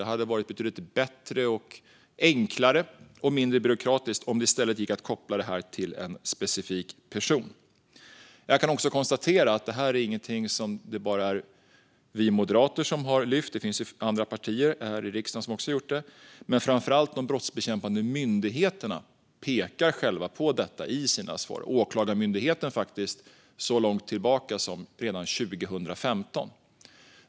Det hade varit betydligt bättre, enklare och mindre byråkratiskt om det i stället gick att koppla detta till en specifik person. Jag kan konstatera att det inte bara är vi moderater som har lyft upp detta. Även andra partier här i riksdagen har gjort det. Men framför allt pekar brottsbekämpande myndigheter själva på detta i sina svar. Åklagarmyndigheter gjorde det redan så långt tillbaka som 2015.